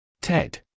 Ted